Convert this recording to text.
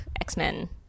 X-Men